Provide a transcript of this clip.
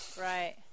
Right